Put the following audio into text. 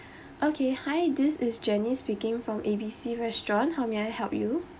okay hi this is jenny speaking from A B C restaurant how may I help you